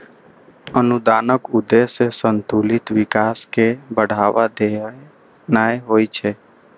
अनुदानक उद्देश्य संतुलित विकास कें बढ़ावा देनाय होइ छै